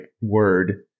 word